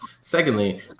Secondly